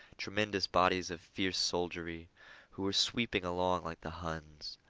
tremendous bodies of fierce soldiery who were sweeping along like the huns.